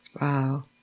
Wow